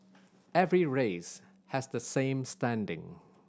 every race has the same standing